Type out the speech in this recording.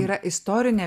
yra istorinė